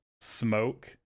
smoke